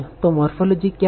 तो मोरफ़ोलॉजी क्या है